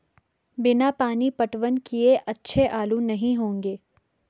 बिना पानी पटवन किए अच्छे आलू नही होंगे